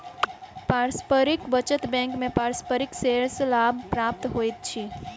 पारस्परिक बचत बैंक में पारस्परिक शेयर सॅ लाभ प्राप्त होइत अछि